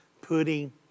putting